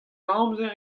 amzer